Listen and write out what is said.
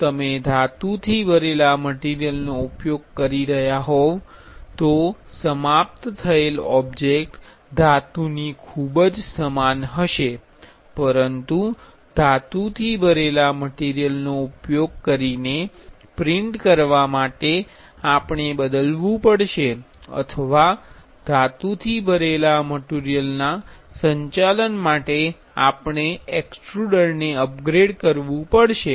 તમે ધાતુથી ભરેલા મટીરિયલનો ઉપયોગ કરી રહ્યા હોવ તો સમાપ્ત થયેલ ઓબ્જેક્ટ ધાતુની ખૂબ જ સમાન હશે પરંતુ ધાતુથી ભરેલા મટીરિયલનો ઉપયોગ કરીને પ્રિંટ કરવા માટે આપણે બદલવું પડશે અથવા ધાતુથી ભરેલા મટીરિયલના સંચાલન માટે આપણે એક્સ્ટ્રુડરને અપગ્રેડ કરવું પડશે